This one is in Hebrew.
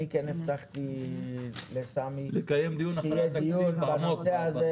אני כן הבטחתי לסמי שיהיה דיון בנושא הזה,